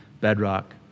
bedrock